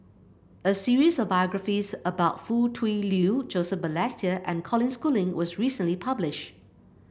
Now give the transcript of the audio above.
a series of biographies about Foo Tui Liew Joseph Balestier and Colin Schooling was recently publish